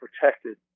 protected